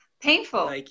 Painful